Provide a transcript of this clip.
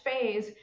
phase